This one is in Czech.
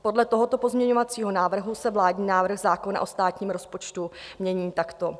Podle tohoto pozměňovacího návrhu se vládní návrh zákona o státním rozpočtu mění takto: